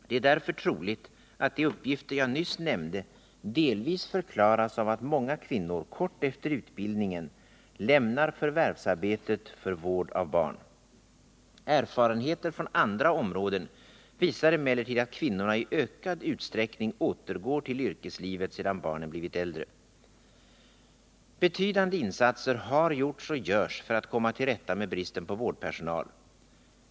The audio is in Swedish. Det är därför troligt att de uppgifter jag nyss nämnde delvis förklaras av att många kvinnor kort efter utbildningen lämnar förvärvsarbetet för vård av barn. Erfarenheter från andra områden visar emellertid att kvinnorna i ökad utsträckning återgår till yrkeslivet sedan barnen blivit äldre. Betydande insatser har gjorts och görs för att komma till rätta med bristen på vårdpersonal.